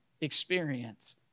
experience